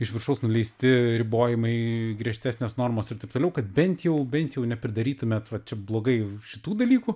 iš viršaus nuleisti ribojimai griežtesnės normos ir taip toliau kad bent jau bent jau nepridarytumėt vat čia blogai šitų dalykų